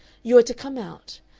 you are to come out.